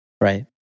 Right